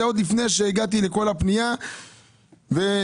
זה עוד לפני שהגעתי לפנייה עצמה.